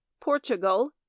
Portugal